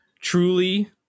Truly